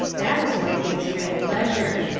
that is what gives real pleasure,